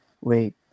Wait